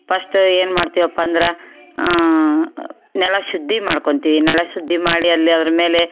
first ಏನು ಮಾಡ್ತೀವಪ್ಪ ಅಂದ್ರೆ ನೆಲ ಶುದ್ಧಿ ಮಾಡ್ಕೋತೀವಿ ನೆಲ ಶುದ್ಧಿ ಮಾಡಿ ಅಲ್ಲಿ ಅದ್ರ ಮೇಲೆ